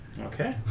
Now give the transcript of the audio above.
Okay